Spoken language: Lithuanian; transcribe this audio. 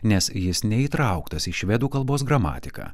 nes jis neįtrauktas į švedų kalbos gramatiką